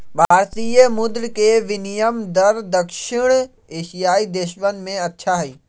भारतीय मुद्र के विनियम दर दक्षिण एशियाई देशवन में अच्छा हई